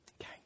Okay